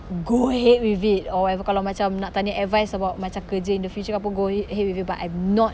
go ahead with it or whatever kalau macam nak tanya advice about macam kerja in the future ke apa go ahead with it but I'm not